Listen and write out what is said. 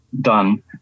done